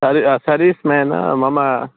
सर्व सर्विस् मेन मम